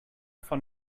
von